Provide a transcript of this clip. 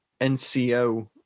NCO